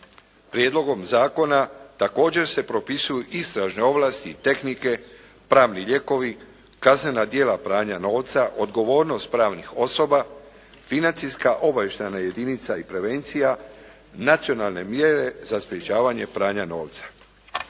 Prijedlogom zakona također se propisuju istražne ovlasti i tehnike, pravni lijekovi, kaznena djela pranja novca, odgovornost pravnih osoba, financijska obavještajna jedinica i prevencija, nacionalne mjere za sprječavanje pranja novca.